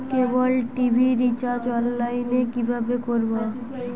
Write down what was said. কেবল TV recharge online এ কিভাবে করব?